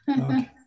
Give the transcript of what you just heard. Okay